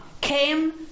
came